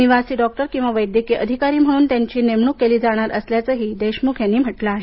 निवासी डॉक्टर किंवा वैद्यकीय अधिकारी म्हणून त्यांची नेमणूक केली जाणार असल्याचंही देशमुख यांनी म्हटलं आहे